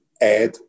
add